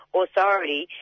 authority